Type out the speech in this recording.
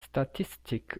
statistics